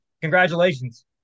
Congratulations